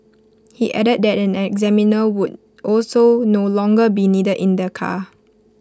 he added that an examiner would also no longer be needed in the car